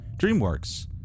DreamWorks